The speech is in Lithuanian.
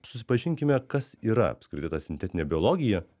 susipažinkime kas yra apskritai ta sintetinė biologija